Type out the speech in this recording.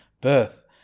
birth